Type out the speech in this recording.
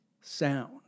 sound